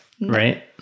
right